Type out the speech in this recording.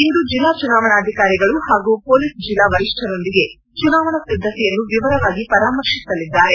ಇಂದು ಚುನಾವಣಾಧಿಕಾರಿಗಳು ಹಾಗೂ ಪೊಲೀಸ್ ಜೆಲ್ಲಾ ವರಿಷ್ನರೊಂದಿಗೆ ಚುನಾವಣಾ ಸಿದ್ದತೆಯನ್ನು ವಿವರವಾಗಿ ಪರಾಮರ್ಶಿಸಲಿದ್ದಾರೆ